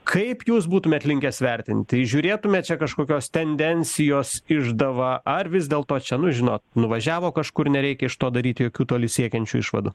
kaip jūs būtumėt linkęs vertinti įžiūrėtumėt čia kažkokios tendencijos išdavą ar vis dėlto čia nu žinot nuvažiavo kažkur nereikia iš to daryt jokių toli siekiančių išvadų